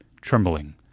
trembling